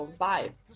vibe